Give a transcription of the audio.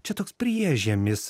čia toks priešžiemis